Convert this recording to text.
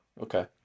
Okay